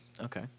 Okay